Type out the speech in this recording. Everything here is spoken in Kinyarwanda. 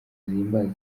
zihimbaza